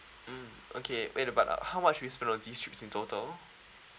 mm okay wait uh but how much do you spend on these trips in total